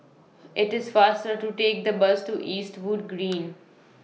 IT IS faster to Take The Bus to Eastwood Green